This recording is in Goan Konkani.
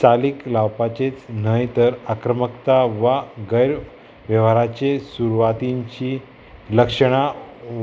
चालीक लावपाचेच न्हय तर आक्रमकता वा गैरवेव्हाराचे सुरवातींची लक्षणां